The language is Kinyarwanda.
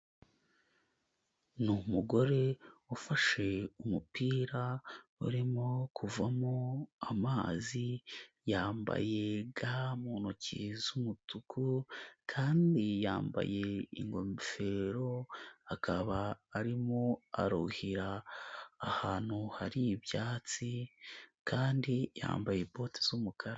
Ni umugore ufashe umupira, urimo kuvamo amazi, yambaye ga mu ntoki z'umutuku kandi yambaye ingofero, akaba arimo aruhira ahantu hari ibyatsi kandi yambaye bote z'umukara.